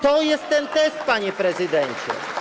To jest ten test, panie prezydencie.